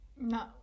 No